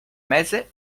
mese